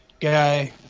guy